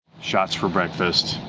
shots for breakfast.